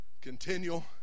continual